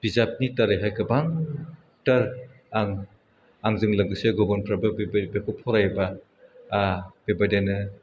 बिजाबनि दारैहाय गोबांथार आं आंजों लोगोसे गुबुनफोरबो बेबायदिखौ फरायब्ला बे बायदिनो